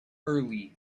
early